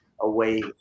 away